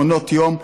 מעונות יום,